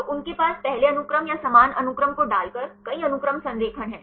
तो उनके पास पहले अनुक्रम या समान अनुक्रम को डालकर कई अनुक्रम संरेखण हैं